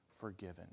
forgiven